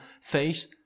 face